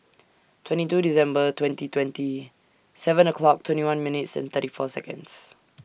twenty two December twenty twenty seven o'clock twenty one minutes and thirty four Seconds